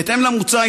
בהתאם למוצע,